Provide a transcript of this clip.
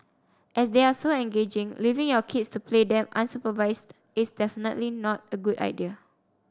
as they are so engaging leaving your kids to play them unsupervised is definitely not a good idea